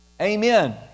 Amen